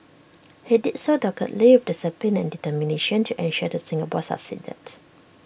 he did so doggedly with discipline and determination to ensure that Singapore succeeded